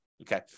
okay